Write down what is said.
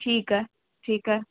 ठीकु आहे ठीकु आहे